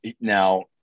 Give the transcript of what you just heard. Now